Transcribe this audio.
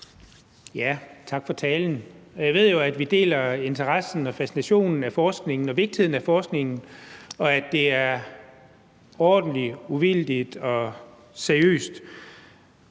Tak for talen. Jeg ved jo, at vi deler interessen for og fascinationen af forskning og vigtigheden af forskningen og af, at det er ordentligt, uvildigt og seriøst.